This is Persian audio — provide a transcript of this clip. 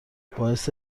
باعث